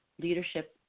leadership